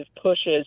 pushes